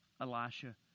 Elisha